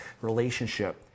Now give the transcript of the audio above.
relationship